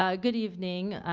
ah good evening,